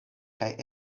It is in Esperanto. kaj